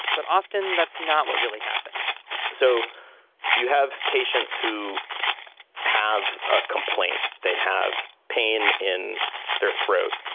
but often, that's not what really happens so you have patients who have a complaint. they have pain in their throat,